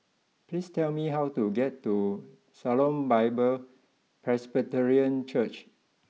please tell me how to get to Shalom Bible Presbyterian Church